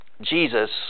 Jesus